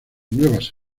nuevas